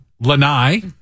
lanai